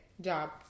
job